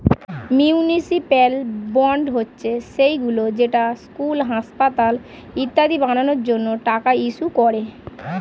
municipal bond হচ্ছে সেইগুলো যেটা স্কুল, হাসপাতাল ইত্যাদি বানানোর জন্য টাকা ইস্যু করে